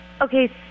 Okay